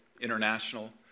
International